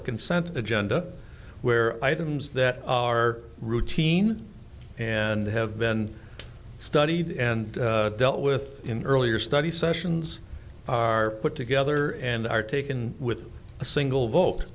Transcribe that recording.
the consent agenda where items that are routine and have been studied and dealt with in earlier study sessions are put together and are taken with a single vote